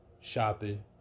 Shopping